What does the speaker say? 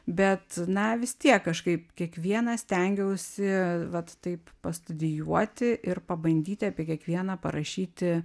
bet na vis tiek kažkaip kiekvieną stengiausi vat taip pastudijuoti ir pabandyti apie kiekvieną parašyti